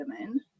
women